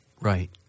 Right